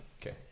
Okay